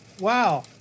Wow